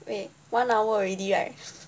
wait one hour already right